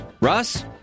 Russ